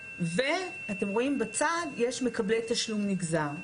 אתם רואים בצד, יש מקבלי תשלום נגזר.